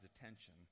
attention